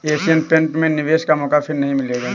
Asian Paint में निवेश का मौका फिर नही मिलेगा